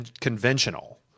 conventional